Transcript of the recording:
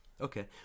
Okay